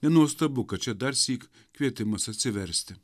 nenuostabu kad čia darsyk kvietimas atsiversti